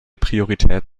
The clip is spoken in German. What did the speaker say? priorität